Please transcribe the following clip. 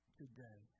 today